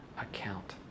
account